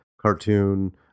cartoon